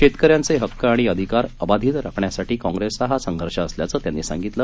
शेतकऱ्यांचे हक्क आणि अधिकार अबाधित ठेवण्यासाठी काँग्रेसचा हा संघर्ष असल्याचं त्यांनी सांगितलं